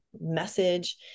message